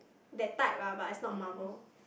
that type ah but it's not marble